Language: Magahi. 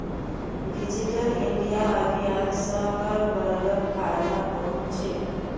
डिजिटल इंडिया अभियान स हर वर्गक फायदा पहुं च छेक